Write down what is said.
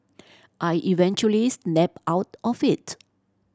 I eventually snapped out of it